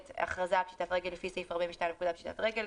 הכרזה על פשיטת רגל לפי סעיף 42 לפקודת פשיטת הרגל,